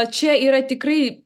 čia yra tikrai